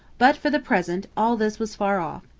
but for the present all this was far off.